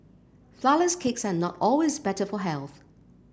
flourless cakes are not always better for health